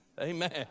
Amen